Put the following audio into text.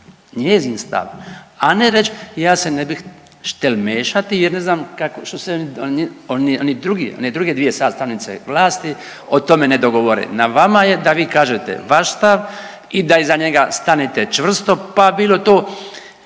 njezin stav, a ne reći ja se ne bi štel mešati jer ne znam kako, što se oni, oni drugi, one druge dvije sastavnice vlasti o tome ne dogovore. Na vama je da vi kažete vaš stav i da iza njega stanete čvrsto pa bilo to